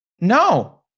No